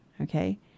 okay